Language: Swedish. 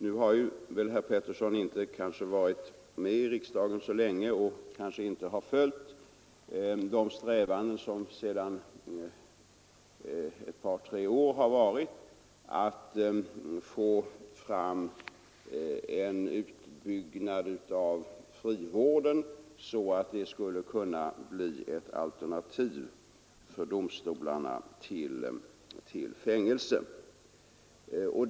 Nu har herr Pettersson i Västerås inte varit med i riksdagen så länge och har kanske inte följt de strävanden som pågått sedan ett par tre år att få fram en utbyggnad av frivården så att den skulle kunna bli ett alternativ till fängelse för domstolarna.